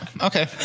Okay